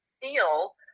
feel